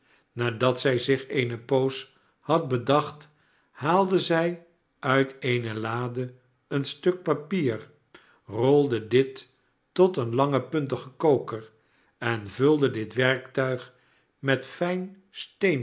nadat zij zich eene poos had bedacht haalde zij uit eene lade een stuk papier rolde dit lot een langen puntigen koker en vulde dit werktuig met fijn